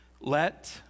Let